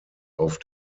auf